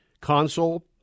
console